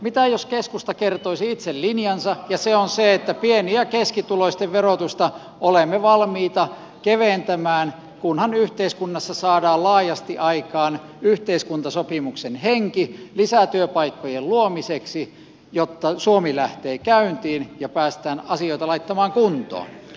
mitä jos keskusta kertoisi itse linjansa ja se on se että pieni ja keskituloisten verotusta olemme valmiita keventämään kunhan yhteiskunnassa saadaan laajasti aikaan yhteiskuntasopimuksen henki lisätyöpaikkojen luomiseksi jotta suomi lähtee käyntiin ja päästään asioita laittamaan kuntoon